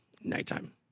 Nighttime